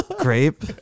grape